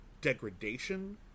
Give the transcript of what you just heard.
degradation